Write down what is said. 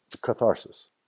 catharsis